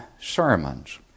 sermons